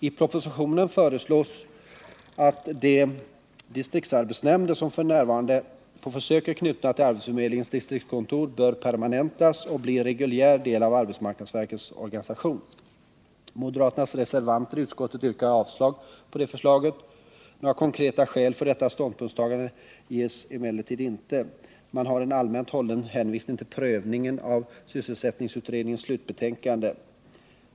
I propositionen föreslås att de distriktsnämnder som f.n. på försök är knutna till arbetsförmedlingens distriktskontor skall permanentas och bli en reguljär del av arbetsmarknadsverkets czganisation. Moderaternas reservanter i utskottet yrkar avslag på förslaget. Några konkreta skäl för detta ståndpunktstagande ges emellertid inte. Man har en allmänt hållen hänvis ning till prövningen av sysselsättningsutredningens slutbetänkande.